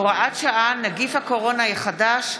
(הוראת שעה, נגיף הקורונה החדש),